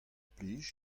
plij